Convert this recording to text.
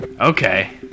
Okay